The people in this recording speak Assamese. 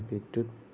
বিদ্য়ুৎ